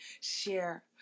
share